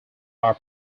are